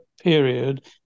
period